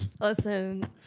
Listen